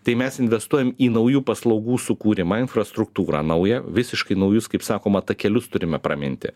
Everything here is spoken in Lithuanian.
tai mes investuojam į naujų paslaugų sukūrimą infrastruktūrą naują visiškai naujus kaip sakoma takelius turime praminti